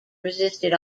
resisted